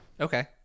okay